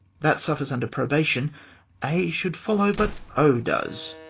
that suffers under probation a should follow, but o does.